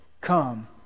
come